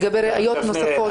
לגבי ראיות נוספות.